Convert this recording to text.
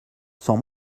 sans